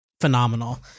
phenomenal